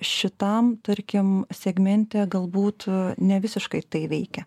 šitam tarkim segmente galbūt nevisiškai tai veikia